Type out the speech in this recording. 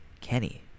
Kenny